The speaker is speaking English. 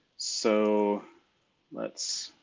so let's